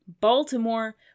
Baltimore